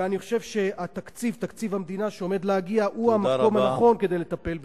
ואני חושב שתקציב המדינה שעומד להגיע הוא המקום הנכון כדי לטפל בזה.